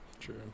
True